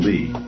Lee